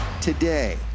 today